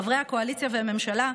חברי הקואליציה והממשלה,